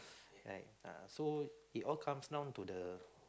like uh so it all comes down to the